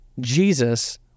Jesus